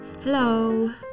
Hello